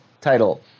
title